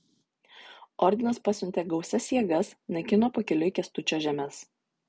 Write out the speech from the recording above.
ordinas pasiuntė gausias jėgas naikino pakeliui kęstučio žemes